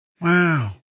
Wow